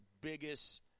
biggest